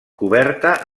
coberta